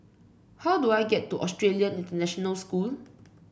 how do I get to Australian International School